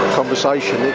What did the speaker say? conversation